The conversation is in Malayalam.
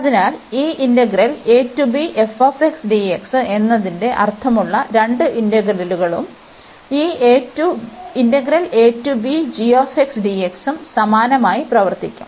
അതിനാൽ ഈ എന്നതിന്റെ അർത്ഥമുള്ള രണ്ട് ഇന്റഗ്രലുകളും ഈ ഉം സമാനമായി പ്രവർത്തിക്കും